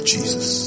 Jesus